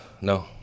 No